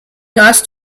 asked